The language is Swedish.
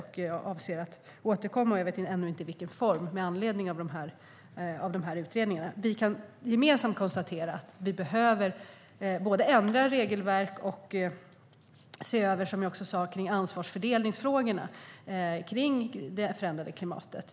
Jag avser att återkomma - jag vet ännu inte i vilken form - med anledning av de här utredningarna. Vi kan gemensamt konstatera att vi behöver ändra i regelverken och också se över ansvarsfördelningsfrågorna när det gäller det förändrade klimatet.